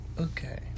Okay